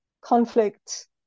conflict